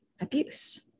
abuse